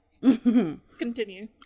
Continue